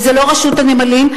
וזה לא רשות הנמלים,